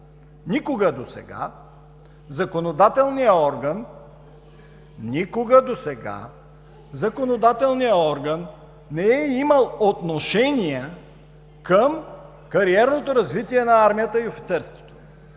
Никога досега законодателният орган, не е имал отношение към кариерното развитие на армията и офицерството